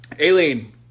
Aileen